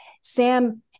Sam